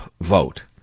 vote